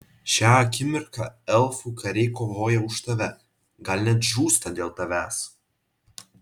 šią akimirką elfų kariai kovoja už tave gal net žūsta dėl tavęs